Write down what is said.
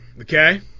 okay